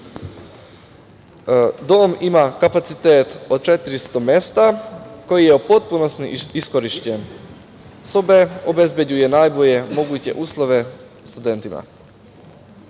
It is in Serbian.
ima kapacitet od 400 mesta koji je u potpunosti iskorišćen. Sobe obezbeđuju najbolje moguće uslove studentima.